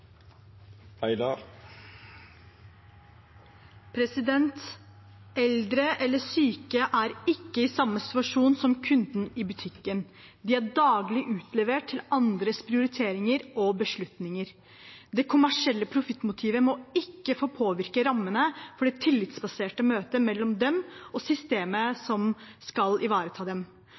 til. Eldre eller syke er ikke i samme situasjon som kunden i butikken. De er daglig utlevert til andres prioriteringer og beslutninger. Det kommersielle profittmotivet må ikke få påvirke rammene for det tillitsbaserte møtet mellom dem og systemet som skal ivareta dem.